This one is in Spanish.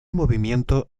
movimiento